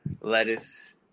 lettuce